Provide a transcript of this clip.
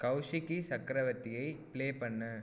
கௌஷிகி சக்ரவர்த்தியைப் பிளே பண்ணு